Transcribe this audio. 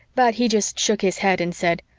but he just shook his head and said,